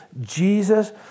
Jesus